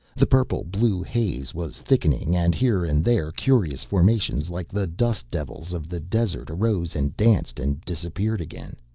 the purple-blue haze was thickening and, here and there, curious formations, like the dust devils of the desert, arose and danced and disappeared again.